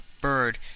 bird